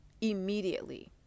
immediately